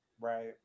right